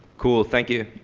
cool, thank you.